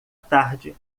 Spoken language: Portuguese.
tarde